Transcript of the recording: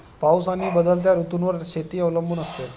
पाऊस आणि बदलत्या ऋतूंवर शेती अवलंबून असते